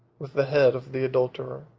with the head of the adulterer.